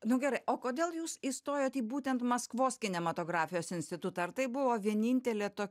nu gerai o kodėl jūs įstojot į būtent maskvos kinematografijos institutą ar tai buvo vienintelė tok